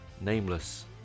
nameless